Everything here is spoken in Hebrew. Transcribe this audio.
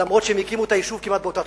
אף שהם הקימו את היישוב כמעט באותה תקופה.